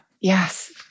Yes